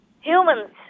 Humans